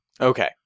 Okay